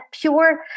pure